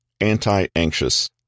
Anti-Anxious